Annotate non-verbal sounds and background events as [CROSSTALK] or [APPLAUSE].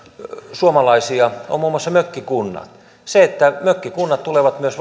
suomalaisia on muun muassa mökkikunnat se että mökkikunnat tulevat myös [UNINTELLIGIBLE]